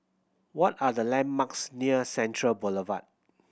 what are the landmarks near Central Boulevard